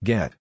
Get